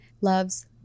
loves